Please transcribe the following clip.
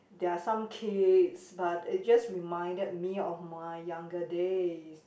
there are some kids but it just reminded me of my younger day